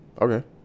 okay